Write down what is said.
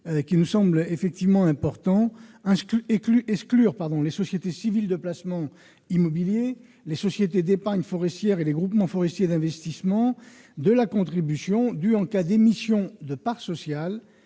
; deuxièmement, à exclure les sociétés civiles de placement immobilier, les sociétés d'épargne forestière et les groupements forestiers d'investissement de la contribution due en cas d'émission de parts sociales,